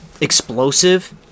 explosive